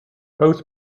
both